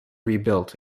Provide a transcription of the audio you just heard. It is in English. rebuilt